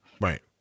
Right